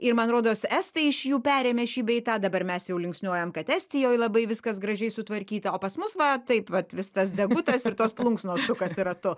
ir man rodos estai iš jų perėmė šį bei tą dabar mes jau linksniuojam kad estijoj labai viskas gražiai sutvarkyta o pas mus va taip vat vis tas degutas ir tos plunksnos sukasi ratu